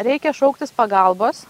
reikia šauktis pagalbos